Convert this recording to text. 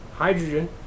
Hydrogen